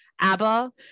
ABBA